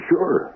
Sure